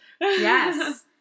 Yes